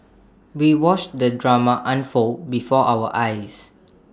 we watched the drama unfold before our eyes